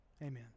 Amen